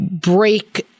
break